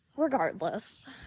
regardless